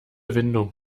windung